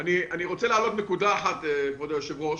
אני רוצה להעלות נקודה אחת כבוד היו"ר.